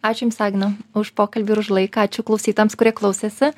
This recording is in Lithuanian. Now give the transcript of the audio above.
ačiū jums agne už pokalbį ir už laiką ačiū klausytojams kurie klausėsi